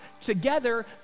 together